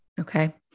Okay